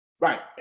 Right